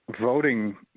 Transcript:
voting